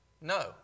No